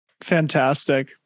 Fantastic